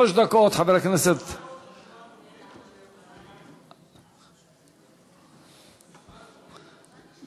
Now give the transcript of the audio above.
שלוש דקות, חבר הכנסת, אפשר להעלות רשימת דוברים?